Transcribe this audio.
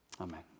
Amen